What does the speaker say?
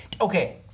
Okay